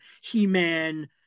He-Man